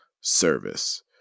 service